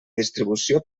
distribució